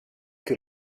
que